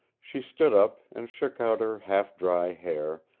she stood up, and shook out her half dry hair,